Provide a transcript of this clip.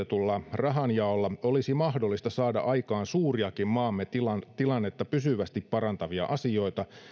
hankkeisiin hallitusohjelmaan kirjoitetulla rahanjaolla olisi mahdollista saada aikaan suuriakin maamme tilannetta pysyvästi parantavia asioita